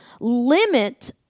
limit